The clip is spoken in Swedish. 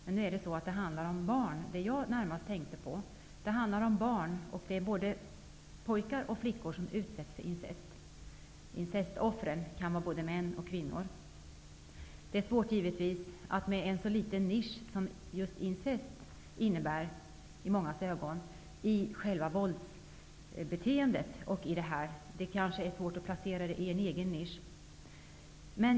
Men det som jag närmast tänkte på handlar om barn, och det är både pojkar och flickor som utsätts för incest. Incestoffren kan vara både män och kvinnor. I mångas ögon innebär incest en liten nisch när det gäller själva våldsbeteendet. Det kanske är svårt att placera det i en egen nisch.